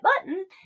button